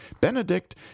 Benedict